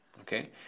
Okay